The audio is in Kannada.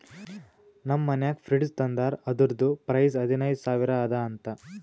ನಮ್ ಮನ್ಯಾಗ ಫ್ರಿಡ್ಜ್ ತಂದಾರ್ ಅದುರ್ದು ಪ್ರೈಸ್ ಹದಿನೈದು ಸಾವಿರ ಅದ ಅಂತ